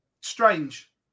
strange